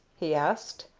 he asked.